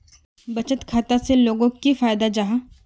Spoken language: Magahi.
बचत खाता से लोगोक की फायदा जाहा?